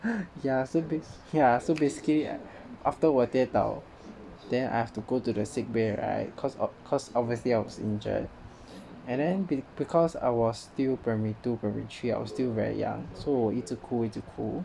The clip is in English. yeah so yeah so basically after 我跌倒 then I have to go to the sick bay [right] cause of cause obviously I was injured and then cause I was still primary two primary three I was still very young so 我一直哭一直哭